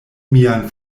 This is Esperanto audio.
mian